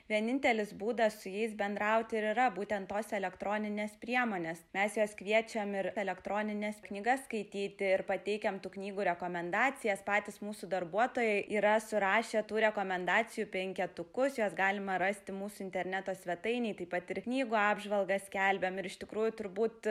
vienintelis būdas su jais bendrauti ir yra būtent tos elektroninės priemonės mes juos kviečiam ir elektronines knygas skaityti ir pateikiam tų knygų rekomendacijas patys mūsų darbuotojai yra surašę tų rekomendacijų penketukus juos galima rasti mūsų interneto svetainėj taip pat ir knygų apžvalgas skelbiam ir iš tikrųjų turbūt